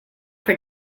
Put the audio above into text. for